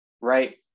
right